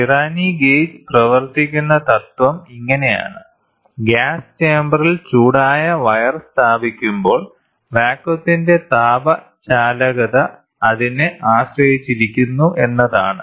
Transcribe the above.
Pirani gauge പ്രവർത്തിക്കുന്ന തത്വം ഇങ്ങനെയാണ് ഗ്യാസ് ചേമ്പറിൽ ചൂടായ വയർ സ്ഥാപിക്കുമ്പോൾ വാതകത്തിന്റെ താപ ചാലകത അതിനെ ആശ്രയിച്ചിരിക്കുന്നു എന്നതാണ്